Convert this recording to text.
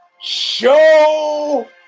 show